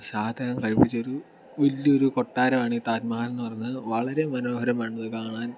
ഷാ ജഹാൻ കഴിപ്പിച്ച ഒരു വലിയ ഒരു കൊട്ടാരമാണ് ഈ താജ്മഹൽ എന്ന് പറയുന്നത് വളരെ മനോഹരമായിട്ടുണ്ട് ഇത് കാണാൻ